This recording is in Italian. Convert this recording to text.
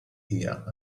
era